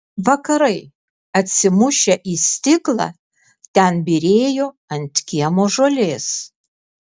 vakarai atsimušę į stiklą ten byrėjo ant kiemo žolės